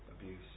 abuse